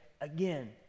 Again